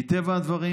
מטבע הדברים,